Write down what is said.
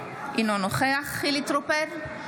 אינו נוכח חילי טרופר,